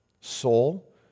Soul